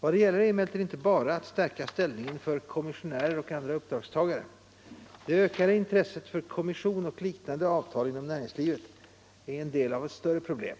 Vad det gäller är emellertid inte bara att stärka ställningen för kommissionärer och andra uppdragstagare. Det ökade intresset för kommission och liknande avtal inom näringslivet är en del av ett större problem.